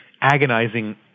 agonizing